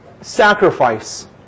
Sacrifice